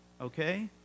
okay